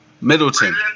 Middleton